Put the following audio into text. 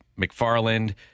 McFarland